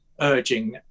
urging